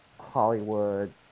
Hollywood